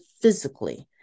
physically